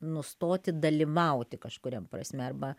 nustoti dalyvauti kažkuria prasme arba